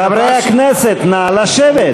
חברי הכנסת, נא לשבת.